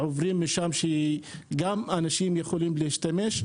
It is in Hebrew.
שהתושבים יוכלו להשתמש בתחבורה ציבורית.